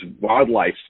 wildlife